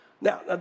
Now